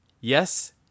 Yes